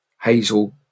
Hazel